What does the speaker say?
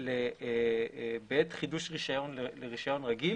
בעת חידוש רישיון רגיל,